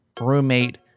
roommate